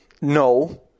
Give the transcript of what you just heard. No